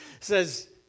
says